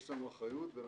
יש לנו אחריות ונכון,